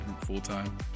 full-time